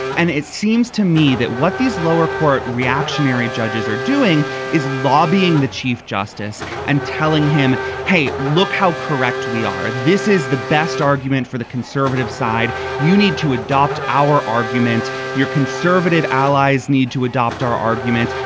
and it seems to me that what these lower court reactionary judges are doing is lobbying the chief justice and telling him hey look how correct we are. this is the best argument for the conservative side. you need to adopt our argument your conservative allies need to adopt our argument.